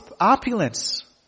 opulence